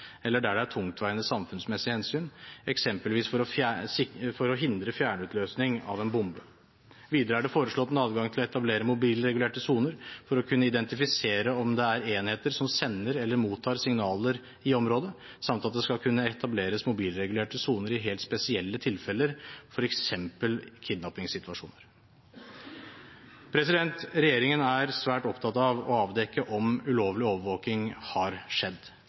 eller der det er tungtveiende samfunnsmessige hensyn, eksempelvis for å hindre fjernutløsning av en bombe. Videre er det foreslått en adgang til å etablere mobilregulerte soner for å kunne identifisere om det er enheter som sender eller mottar signaler i området, samt at det skal kunne etableres mobilregulerte soner i helt spesielle tilfeller, f.eks. kidnappingssituasjoner. Regjeringen er svært opptatt av å avdekke om ulovlig overvåking har skjedd,